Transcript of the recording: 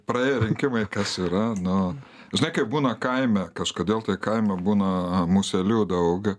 praėjo rinkimai kas yra nu žinai kaip būna kaime kažkodėl tai kaime būna muselių daug